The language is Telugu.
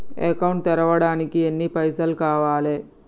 అకౌంట్ తెరవడానికి ఎన్ని పైసల్ కావాలే?